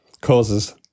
causes